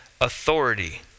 authority